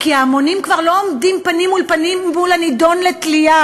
כי ההמונים כבר לא עומדים פנים מול פנים מול הנידון לתלייה,